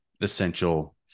essential